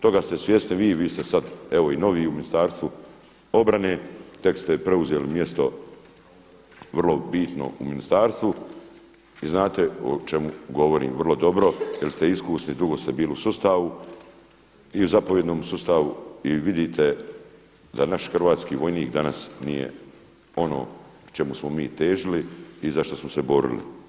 Toga ste svjesni i vi i vi ste sad novi u Ministarstvu obrane, tek ste preuzeli mjesto vrlo bitno u ministarstvu i znate o čemu govorim vrlo dobro jer ste iskusni, dugo ste bili u sustavu i zapovjednom sustavu i vidite da naš hrvatski vojnik danas nije ono čemu smo mi težili i za što smo se borili.